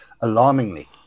alarmingly